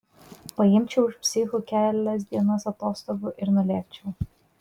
paimčiau iš psichų kelias dienas atostogų ir nulėkčiau